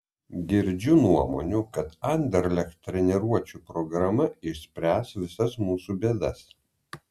girdžiu nuomonių kad anderlecht treniruočių programa išspręs visas mūsų bėdas